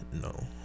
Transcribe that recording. no